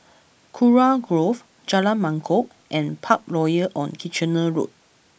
Kurau Grove Jalan Mangkok and Parkroyal on Kitchener Road